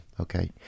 okay